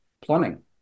Plumbing